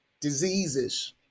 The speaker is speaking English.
diseases